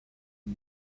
eau